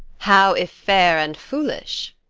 how if fair and foolish?